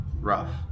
rough